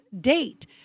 date